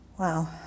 Wow